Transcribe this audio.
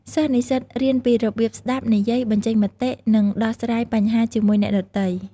សិស្សនិស្សិតរៀនពីរបៀបស្តាប់ និយាយ បញ្ចេញមតិ និងដោះស្រាយបញ្ហាជាមួយអ្នកដទៃ។